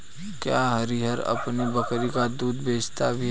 क्या हरिहर अपनी बकरी का दूध बेचता भी है?